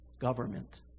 Government